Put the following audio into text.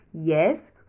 Yes